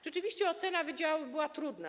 Rzeczywiście ocena wydziałów była trudna.